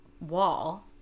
wall